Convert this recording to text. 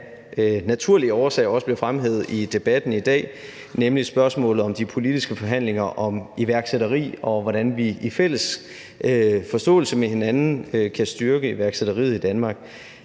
naturlige årsager også bliver fremhævet i debatten i dag, nemlig spørgsmålet om de politiske forhandlinger om iværksætteri og hvordan vi i fælles forståelse med hinanden kan styrke iværksætteriet i Danmark.